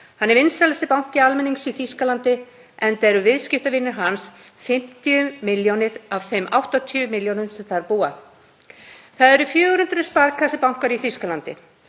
Hann er vinsælasti banki almennings í Þýskalandi, enda eru viðskiptavinir hans 50 milljónir af þeim 80 milljónum sem þar búa. Það eru 400 Sparkasse-bankar í Þýskalandi.